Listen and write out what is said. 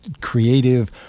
creative